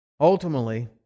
Ultimately